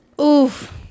Oof